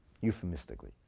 euphemistically